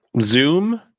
zoom